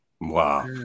wow